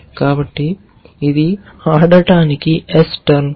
కాబట్టి ఇది ఆడటానికి ఎస్ టర్న్